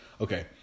Okay